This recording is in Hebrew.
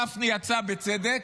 גפני יצא בצדק,